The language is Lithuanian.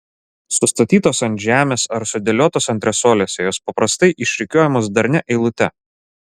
sustatytos ant žemės ar sudėliotos antresolėse jos paprastai išrikiuojamos darnia eilute